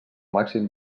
màxim